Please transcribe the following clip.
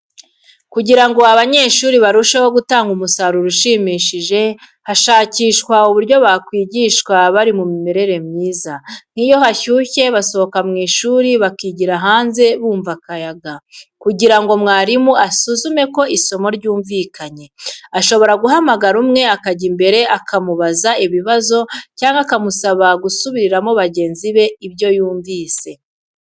Kugira ngo abanyeshuri barusheho gutanga umusaruro ushimishije, hashakishwa uburyo bakwigishwa bari mu mimerere myiza, nk'iyo hashyushye basohoka mu ishuri bakigira hanze bumva akayaga. Kugira ngo mwarimu asuzume ko isomo ryumvikanye, ashobora guhamagara umwe akajya imbere akamubaza ibibazo cyangwa akamusaba gusubiriramo bagenzi be ibyo yumvise.